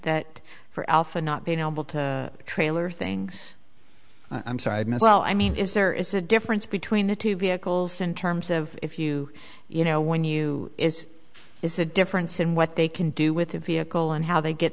that for alpha not being able to trailer things i'm sorry michelle i mean is there is a difference between the two vehicles in terms of if you you know when you is is the difference in what they can do with a vehicle and how they get